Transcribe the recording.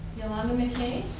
yolanda mckay.